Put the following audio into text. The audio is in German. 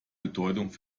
bedeutung